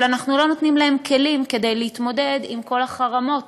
אבל אנחנו לא נותנים להם כלים להתמודד עם כל החרמות